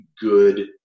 good